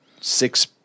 six